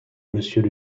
monsieur